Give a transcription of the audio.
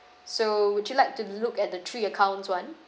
so would you like to look at the three accounts [one]